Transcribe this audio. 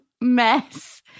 mess